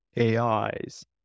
AIs